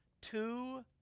two